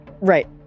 Right